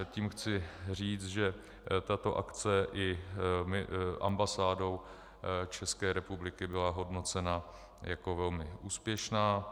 Tím chci říct, že tato akce i ambasádou České republiky byla hodnocena jako velmi úspěšná.